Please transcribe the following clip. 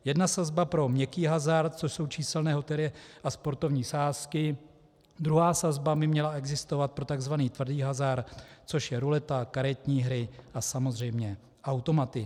Jednu sazbu pro měkký hazard, což jsou číselné loterie a sportovní sázky, druhá sazba by měla existovat pro takzvaný tvrdý hazard, což je ruleta, karetní hry a samozřejmě automaty.